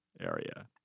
area